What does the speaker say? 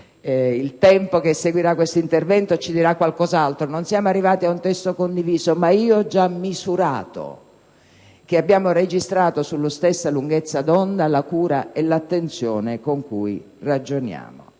il tempo che seguirà questo intervento ci dirà qualcos'altro - ad un testo condiviso, ma io ho già misurato che abbiamo registrato sulla stessa lunghezza d'onda la cura e l'attenzione con cui ragioniamo.